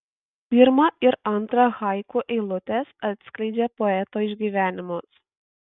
pirma ir antra haiku eilutės atskleidžia poeto išgyvenimus